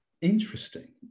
interesting